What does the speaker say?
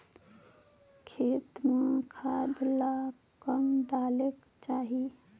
खेती म खाद ला कब डालेक चाही?